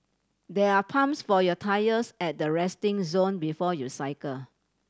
there are pumps for your tyres at the resting zone before you cycle